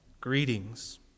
greetings